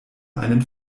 einen